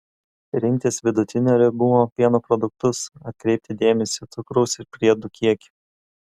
rinktis vidutinio riebumo pieno produktus atkreipti dėmesį į cukraus ir priedų kiekį